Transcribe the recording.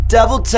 Devil